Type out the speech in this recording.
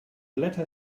letter